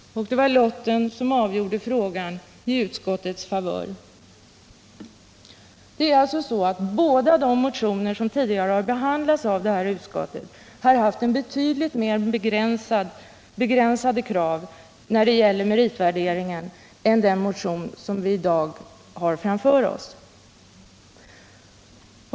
Lotten avgjorde frågan till utskottets favör. Båda de motioner som tidigare behandlats av inrikesutskottet har alltså haft mer begränsade krav när det gäller meritvärderingen av hemarbete än den motion som vi i dag har framför oss.